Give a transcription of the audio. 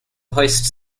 hoist